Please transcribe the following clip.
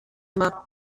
immer